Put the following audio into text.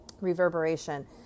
reverberation